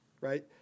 Right